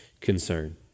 concern